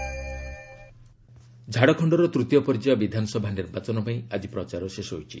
Jharkhand election ଝାଡ଼ଖଣ୍ଡର ତୂତୀୟ ପର୍ଯ୍ୟାୟ ବିଧାନସଭା ନର୍ବାଚନ ପାଇଁ ଆଜି ପ୍ରଚାର ଶେଷ ହୋଇଛି